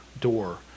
door